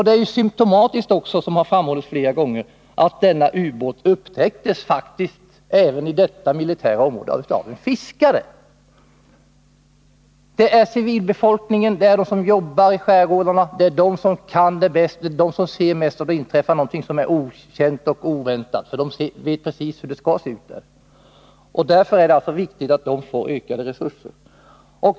Det är ju också symtomatiskt, vilket har framhållits flera gånger, att den ryska ubåten faktiskt upptäcktes, i detta militära område, av en fiskare. Det är civilbefolkningen, det är de som jobbar i skärgårdarna som känner till ett område bäst. Det är de som först ser om det inträffar någonting där som är okänt och oväntat, för de vet hur det skall se ut i området. Därför är det viktigt att de får ökade resurser.